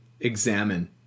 examine